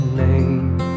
name